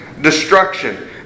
destruction